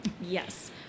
yes